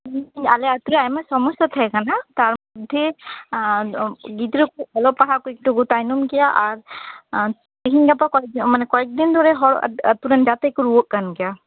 ᱦᱮᱸ ᱟᱞᱮ ᱟᱛᱩ ᱨᱮ ᱟᱭᱢᱟ ᱥᱚᱢᱚᱥᱥᱟ ᱛᱟᱦᱮᱸ ᱠᱟᱱᱟ ᱛᱟᱨ ᱢᱚᱫᱽᱫᱷᱮᱜᱤᱫᱽᱨᱟᱹ ᱠᱚ ᱚᱞᱚᱜ ᱯᱟᱲᱦᱟᱣ ᱡᱚᱛᱚ ᱠᱚ ᱛᱟᱭᱱᱚᱢ ᱜᱮᱭᱟ ᱟᱨ ᱛᱮᱦᱮᱸᱧ ᱜᱟᱯᱟ ᱠᱚᱭᱮᱠ ᱫᱤᱱ ᱫᱷᱚᱨᱮ ᱦᱚᱲ ᱟᱛᱩᱨᱮᱱ ᱦᱚᱲ ᱡᱟᱠᱮ ᱠᱚ ᱨᱩᱣᱟᱹᱜ ᱠᱟᱱ ᱜᱮᱭᱟ